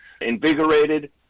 invigorated